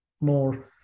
more